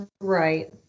right